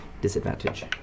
Disadvantage